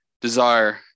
desire